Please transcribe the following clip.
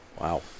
Wow